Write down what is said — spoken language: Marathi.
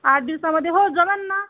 आठ दिवसामध्ये हो जमेल ना